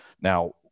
Now